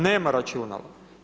Nema računalo.